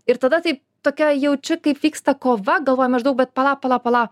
ir tada taip tokia jaučiu kaip vyksta kova galvoje maždaug bet pala pala pala